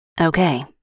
Okay